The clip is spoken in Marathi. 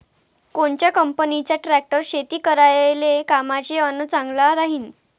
कोनच्या कंपनीचा ट्रॅक्टर शेती करायले कामाचे अन चांगला राहीनं?